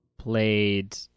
Played